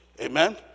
Amen